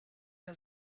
der